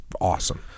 awesome